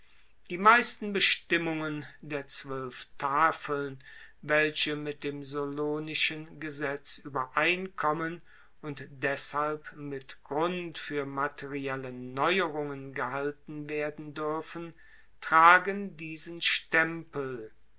die meisten bestimmungen der zwoelf tafeln welche mit dem solonischen gesetz uebereinkommen und deshalb mit grund fuer materielle neuerungen gehalten werden duerfen tragen diesen stempel